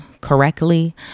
correctly